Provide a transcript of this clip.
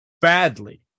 badly